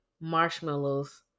marshmallows